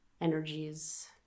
energies